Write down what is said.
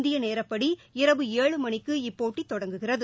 இந்திய நேரப்படி இரவு ஏழு மணிக்கு இப்போட்டி தொடங்குகிறது